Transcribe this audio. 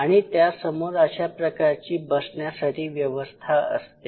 आणि त्यासमोर अशा प्रकारची बसण्यासाठी व्यवस्था असते